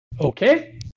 Okay